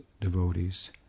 devotees